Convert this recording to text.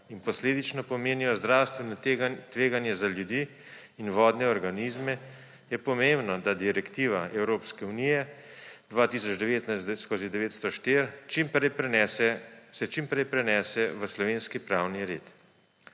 in posledično pomenijo zdravstveno tveganje za ljudi in vodne organizme, je pomembno, da se Direktiva EU 2019/904 čim prej prinese v slovenski pravni red.